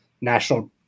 national